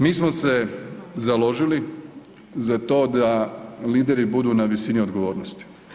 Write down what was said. Mi smo se založili za to da lideri budu na visini odgovornosti.